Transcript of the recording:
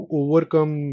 overcome